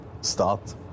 start